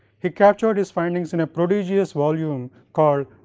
he captured his findings in a prodigious volume called,